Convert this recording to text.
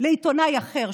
לעיתונאי אחר,